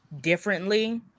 differently